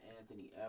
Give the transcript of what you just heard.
anthony